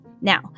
Now